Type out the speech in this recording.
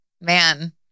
man